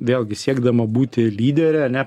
vėlgi siekdama būti lydere ane